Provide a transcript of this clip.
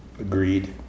agreed